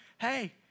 Hey